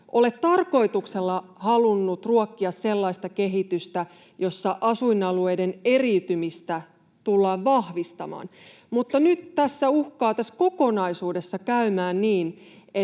ole tarkoituksella halunnut ruokkia sellaista kehitystä, jossa asuin-alueiden eriytymistä tullaan vahvistamaan, mutta nyt tässä kokonaisuudessa uhkaa käydä niin,